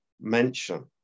mention